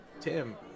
Tim